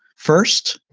first,